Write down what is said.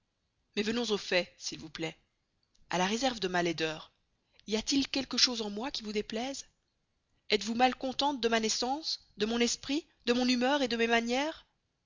mais venons au fait s'il vous plaist a la reserve de ma laideur y a-t-il quelque chose en moy qui vous déplaise estes vous mal contente de ma naissance de mon esprit de mon humeur et de mes manieres